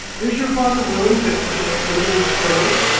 is your father willing that you should learn this trade?